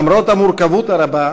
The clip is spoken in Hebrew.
למרות המורכבות הרבה,